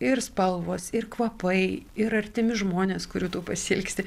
ir spalvos ir kvapai ir artimi žmonės kurių tu pasiilgsti